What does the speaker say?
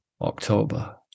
October